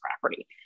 property